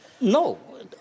No